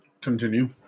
continue